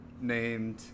Named